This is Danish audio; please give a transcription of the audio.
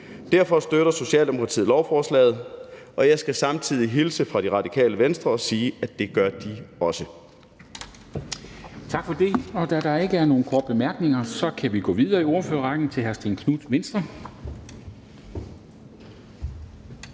Derfor støtter Socialdemokratiet lovforslaget, og jeg skal samtidig hilse fra Det Radikale Venstre sige, at det gør de også.